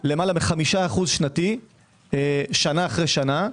למעלה מ-5% שנתי שנה אחר שנה,